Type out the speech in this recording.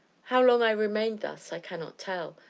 how long i remained thus i cannot tell,